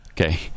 Okay